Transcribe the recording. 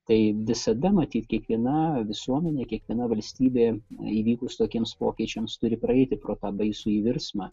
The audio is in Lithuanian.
tai visada matyt kiekviena visuomenė kiekviena valstybė įvykus tokiems pokyčiams turi praeiti pro tą baisųjį virsmą